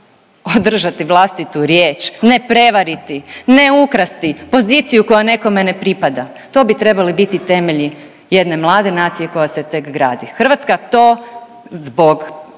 održati vlastitu riječ, ne prevariti, ne ukrasti poziciju koja nekome ne pripada. To bi trebali biti temelji jedne mlade nacije koja se tek gradi. Hrvatska to zbog